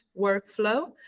workflow